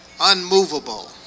unmovable